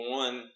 one